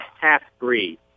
half-breed